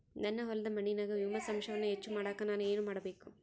ನನ್ನ ಹೊಲದ ಮಣ್ಣಿನಾಗ ಹ್ಯೂಮಸ್ ಅಂಶವನ್ನ ಹೆಚ್ಚು ಮಾಡಾಕ ನಾನು ಏನು ಮಾಡಬೇಕು?